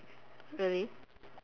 really